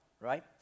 right